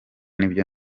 n’ibyo